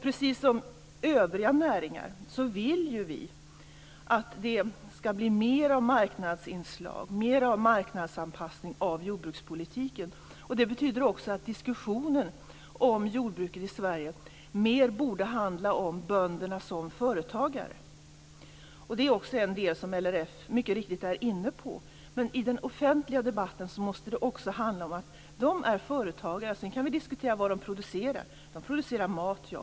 Precis som för övriga näringar vill vi att det skall bli mer av marknadsinslag och mer av marknadsanpassning i jordbrukspolitiken. Det betyder också att diskussionen om jordbruket i Sverige mer borde handla om bönderna som företagare. Det är också en del som LRF mycket riktigt är inne på. Men också i den offentliga debatten måste det handla om att bönderna är företagare. Sedan kan vi diskutera vad de producerar. De producerar mat, ja.